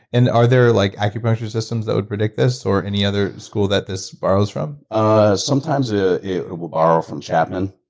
and are there like acupuncture systems that would predict this, or any other school that this borrows from? ah sometimes ah it will borrow from chapman,